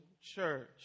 church